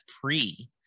pre –